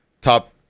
top